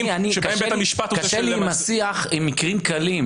שבהם בית המשפט --- קשה לי עם השיח על מקרים קלים.